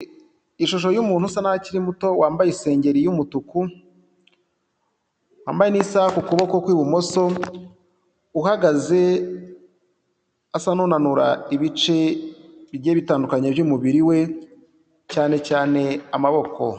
Ishusho y'umuntu usa naho akiri muto, wambaye isengeri y'umutuku, wambaye n'isaha ku kuboko kw'ibumoso uhagaze asa n'unanura ibice bigiye bitandukanye by'umubiri we, cyane cyane amaboko.